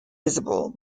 visible